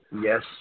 yes